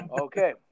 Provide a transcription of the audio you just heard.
Okay